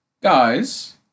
Guys